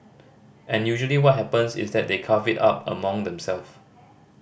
and usually what happens is that they carve it up among themselves